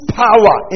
power